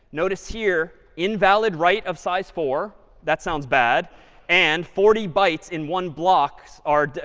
notice here, invalid write of size four that sounds bad and forty bytes in one blocks are